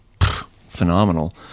phenomenal